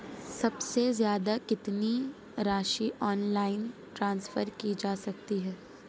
सबसे ज़्यादा कितनी राशि ऑनलाइन ट्रांसफर की जा सकती है?